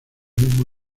mismo